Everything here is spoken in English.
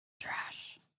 Trash